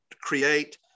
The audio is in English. create